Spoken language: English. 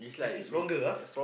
getting stronger ah